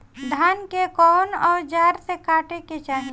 धान के कउन औजार से काटे के चाही?